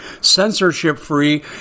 censorship-free